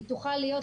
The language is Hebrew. היא תוכל להיות,